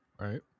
Right